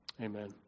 Amen